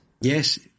Yes